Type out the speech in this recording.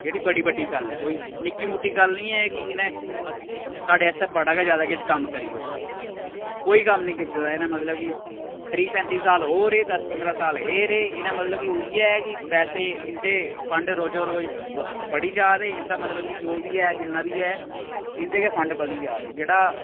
जेह्ड़ी बड़ी बड्डी गल्ल ऐ कोई निक्की मुट्टी गल्ल निं ऐ कि इ'नें साढ़े आस्तै बड़ा गै ज्यादा किश कम्म करी ओड़े दा कोई कम्म निं कीते दा इ'नें मतलब कि त्रीह् पैंती साल ओह् रेह् दस पंदरां साल एह् रेह् इ'नें मतलब कि उ'यै ऐ कि पैसे इं'दे फंड रोजो रोज़ बड़ी जा दे इंदा मतलब कि जो बी ऐ जिन्ना बी ऐ इं'दे गै फंड बधी जा दे जेह्ड़ा